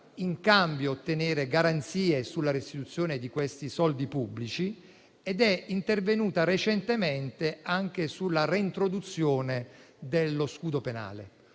in cambio garanzie sulla restituzione di questi soldi pubblici, ed è intervenuto recentemente anche sulla reintroduzione dello scudo penale.